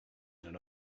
than